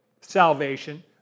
salvation